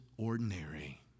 ordinary